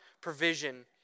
Provision